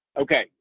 Okay